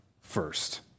first